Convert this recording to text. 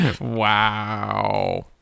wow